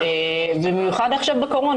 במיוחד עכשיו בקורונה,